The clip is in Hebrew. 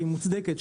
והיא מוצדקת,